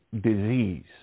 disease